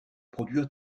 produire